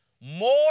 More